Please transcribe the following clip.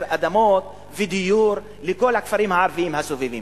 אדמות ודיור לכל הכפרים הערביים הסובבים.